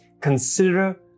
consider